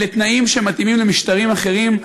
אלה תנאים שמתאימים למשטרים אחרים,